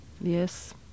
Yes